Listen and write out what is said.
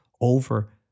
over